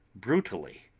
brutally.